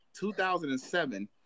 2007